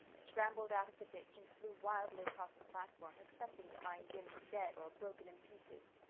scrambled out of the ditch, and flew wildly across the platform, expecting to find jims dead or broken in pieces.